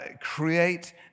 create